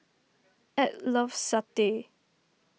Edw loves Satay